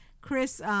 Chris